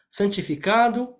santificado